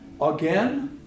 Again